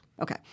Okay